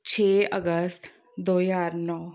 ਛੇ ਅਗਸਤ ਦੋ ਹਜ਼ਾਰ ਨੌ